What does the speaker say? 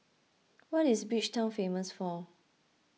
what is Bridgetown famous for